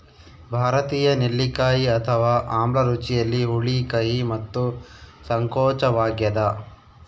ಭಾರತೀಯ ನೆಲ್ಲಿಕಾಯಿ ಅಥವಾ ಆಮ್ಲ ರುಚಿಯಲ್ಲಿ ಹುಳಿ ಕಹಿ ಮತ್ತು ಸಂಕೋಚವಾಗ್ಯದ